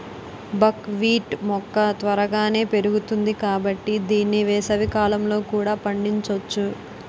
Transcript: బక్ wheat మొక్క త్వరగానే పెరుగుతుంది కాబట్టి దీన్ని వేసవికాలంలో కూడా పండించొచ్చు